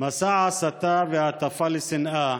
מסע ההסתה וההטפה לשנאה